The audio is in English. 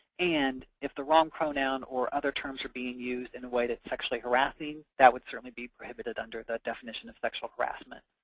and, if the wrong pronoun or other terms are being used in a way that's sexually harassing, that would certainly be prohibited under the definition of sexual harassment.